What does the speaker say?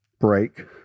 break